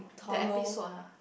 the episode ah